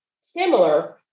similar